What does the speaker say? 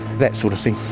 that sort of thing.